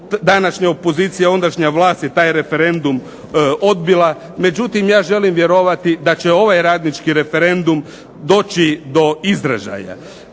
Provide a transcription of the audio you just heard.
Današnja opozicija, ondašnja vlast je taj referendum odbila. Međutim, ja želim vjerovati da će ovaj radnički referendum doći do izražaja.